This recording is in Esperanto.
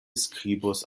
skribos